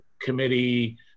committee